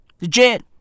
Legit